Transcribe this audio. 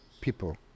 people